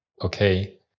okay